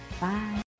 Bye